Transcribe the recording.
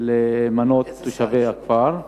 למנות תושבי הכפר.